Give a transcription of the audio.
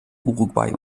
uruguay